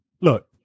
look